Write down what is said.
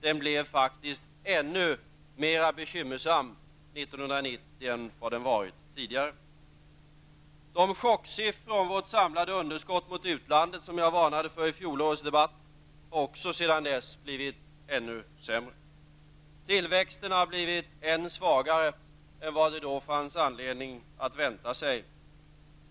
Den blev faktiskt ännu mera bekymmersam 1990 än vad den varit tidigare. De chocksiffror för vårt samlade underskott gentemot utlandet som jag varnade för i fjolårets debatt har sedan dess blivit ännu värre. Tillväxten har blivit ännu svagare än vad det då fanns anledning att vänta sig.